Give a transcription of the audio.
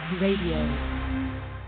Radio